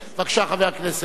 בבקשה, חבר הכנסת.